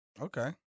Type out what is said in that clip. Okay